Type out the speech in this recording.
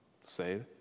say